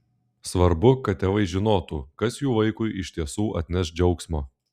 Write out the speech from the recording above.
svarbu kad tėvai žinotų kas jų vaikui iš tiesų atneš džiaugsmo